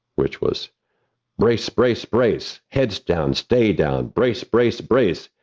which was brace, brace, brace, heads down, stay down, brace, brace, brace,